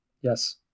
Yes